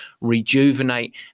rejuvenate